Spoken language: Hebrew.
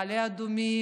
מעלה אדומים,